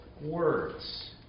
words